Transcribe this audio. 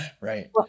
Right